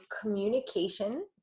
Communication